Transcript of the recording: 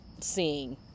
seeing